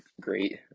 great